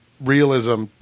realism